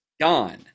gone